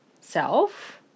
self